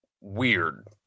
weird